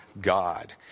God